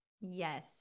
Yes